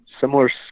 similar